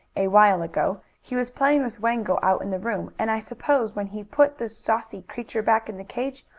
a while ago, he was playing with wango out in the room, and, i suppose, when he put the saucy creature back in the cage,